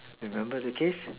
remember the case